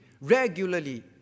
regularly